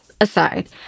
aside